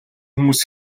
хүмүүс